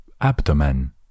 Abdomen